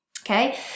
Okay